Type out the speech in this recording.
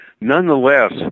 nonetheless